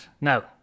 Now